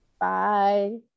bye